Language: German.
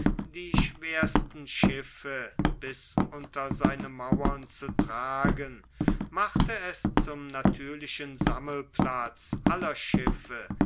die schwersten schiffe bis unter seine mauern zu tragen machte es zum natürlichen sammelplatz aller schiffe